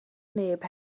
neb